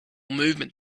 movement